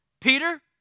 Peter